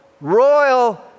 royal